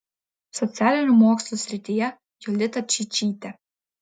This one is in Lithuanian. socialinių mokslų srityje jolita čeičytė